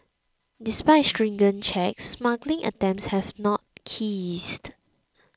despite stringent checks smuggling attempts have not cased